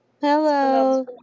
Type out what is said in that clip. Hello